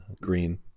Green